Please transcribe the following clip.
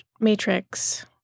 matrix